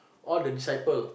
all the disciple